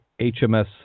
HMS